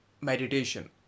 meditation